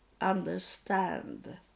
understand